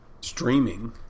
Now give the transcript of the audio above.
streaming